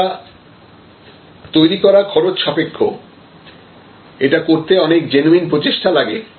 এটা তৈরি করা খরচ সাপেক্ষ এটা করতে অনেক জেনুইন প্রচেষ্টা লাগে